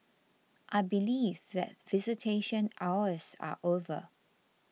I believe that visitation hours are over